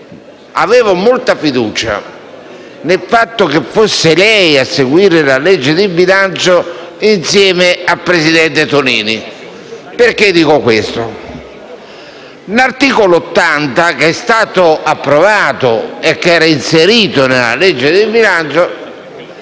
avevo molta fiducia nel fatto che fosse lei a seguire la legge di bilancio, insieme al presidente Tonini. L'articolo 80, che è stato approvato e che era inserito nella legge di bilancio,